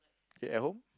at home